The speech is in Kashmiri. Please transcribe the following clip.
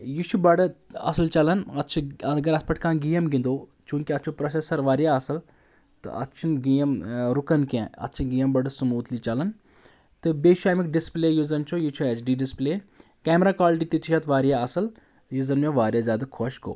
یہِ چھُ بڑٕ اصل چلَان اتھ چھِ اگر اتھ پؠٹھ کانٛہہ گَیم گنٛدو چوٗنٛکہِ اتھ چھُ پروسَیٚسَر واریاہ اَصٕل تہٕ اتھ چھُنہٕ گَیم رُکَن کینٛہہ اَتھ چھِ گَیم بڑٕ سٕموٗتھلی چلان تہٕ بیٚیہِ چھُ امیُک ڈِسپلے یُس زَن چھُ یہِ چھُ H D display camera quality تہِ چھُ یتھ واریاہ اَصٕل یُس زَن مےٚ واریاہ زیادٕ خۄش گوٚو